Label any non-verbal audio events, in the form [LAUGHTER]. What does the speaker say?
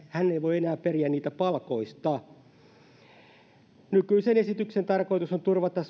hän ei voi enää periä niitä palkoista nykyisen esityksen tarkoitus on turvata [UNINTELLIGIBLE]